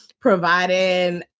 providing